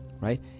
Right